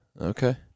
Okay